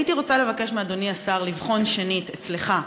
הייתי רוצה לבקש מאדוני השר לבחון שנית אצלך,